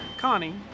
Connie